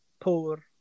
Poor